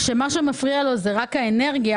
שמה שמפריע לו זה רק האנרגיה,